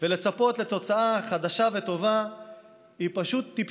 ולצפות לתוצאה חדשה וטובה היא פשוט טיפשות.